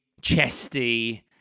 chesty